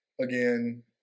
Again